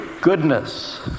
goodness